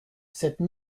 cette